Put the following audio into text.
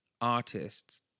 artists